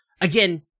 Again